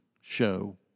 show